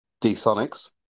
D-Sonics